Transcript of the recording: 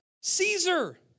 Caesar